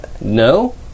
No